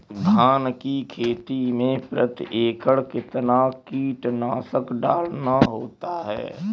धान की खेती में प्रति एकड़ कितना कीटनाशक डालना होता है?